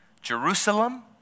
Jerusalem